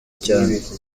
cyane